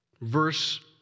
Verse